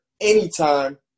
anytime